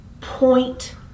point